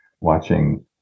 watching